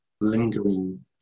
lingering